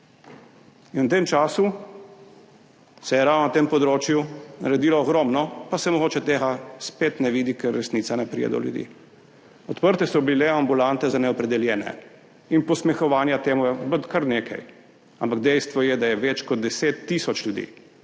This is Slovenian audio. In v tem času se je ravno na tem področju naredilo ogromno, pa se mogoče tega spet ne vidi, ker resnica ne pride do ljudi. Odprte so bile ambulante za neopredeljene in posmehovanja temu je bilo kar nekaj, ampak dejstvo je, da je več kot 10 tisoč ljudi,